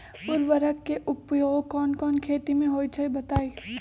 उर्वरक के उपयोग कौन कौन खेती मे होई छई बताई?